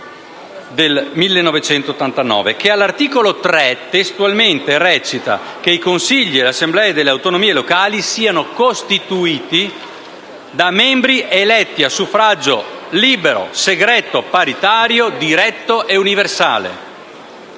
del 1989 che, all'articolo 3, stabilisce che i consigli e le assemblee delle autonomie locali siano costituiti da membri eletti a suffragio libero, segreto, paritario, diretto e universale.